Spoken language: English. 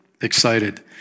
excited